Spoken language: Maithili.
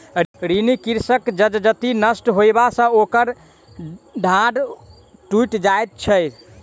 ऋणी कृषकक जजति नष्ट होयबा सॅ ओकर डाँड़ टुइट जाइत छै